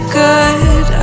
good